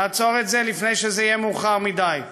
לעצור את זה לפני שזה יהיה מאוחר מדי.